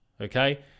okay